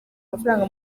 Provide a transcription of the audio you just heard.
amafaranga